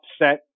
upset